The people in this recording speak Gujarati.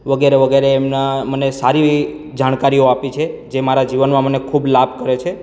વગેરે વગેરે એમણે મને સારી જાણકારીઓ આપી છે જે મારાં જીવનમાં મને ખૂબ લાભ કરે છે